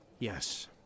Yes